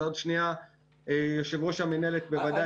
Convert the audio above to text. אז עוד שנייה יושב-ראש המנהלת בוודאי יגיד.